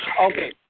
Okay